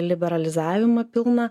liberalizavimą pilną